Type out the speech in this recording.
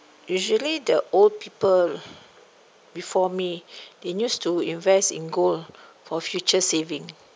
usually the old people before me they use to invest in gold for future saving